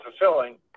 fulfilling